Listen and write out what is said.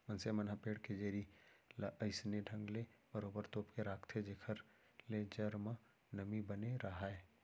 मनसे मन ह पेड़ के जरी ल अइसने ढंग ले बरोबर तोप के राखथे जेखर ले जर म नमी बने राहय